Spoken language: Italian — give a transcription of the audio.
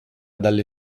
dalle